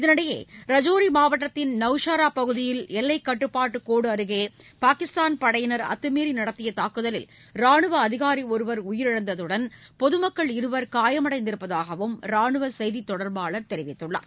இதனிடையே ரஜோரி மாவட்டத்தின் நவ்ஷரா பகுதியில் எல்லைக் கட்டுப்பாட்டு கோடு அருகே பாகிஸ்தான் படையினர் அத்துமீறி நடத்திய தாக்குதலில் ரானுவ அதகாரி ஒருவர் உயிரிழந்ததுடன் பொதுமக்கள் இருவர் காயமடைந்திருப்பதாகவும் ராணுவ செய்தித் தொடர்பாளர் தெரிவித்துள்ளார்